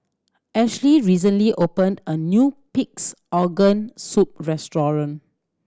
Ashlie recently opened a new Pig's Organ Soup restaurant